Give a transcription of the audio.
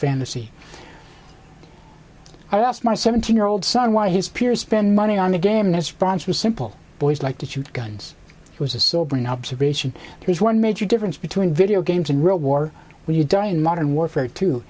fantasy i asked my seventeen year old son why his peers spend money on a game that sponsors simple boys like to shoot guns it was a sobering observation there is one major difference between video games and real war when you die in modern warfare t